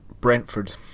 Brentford